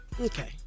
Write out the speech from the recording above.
Okay